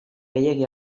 gehiegi